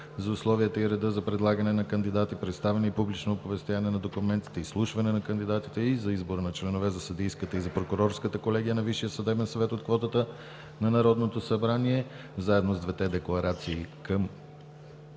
за условията и реда за предлагане на кандидати, представяне и публично оповестяване на документите, изслушване на кандидатите и за избор на членове за съдийската и за прокурорската колегия на Висшия съдебен съвет от квотата на Народното събрание е единодушно приет.